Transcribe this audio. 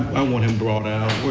i want him brought out. where